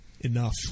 Enough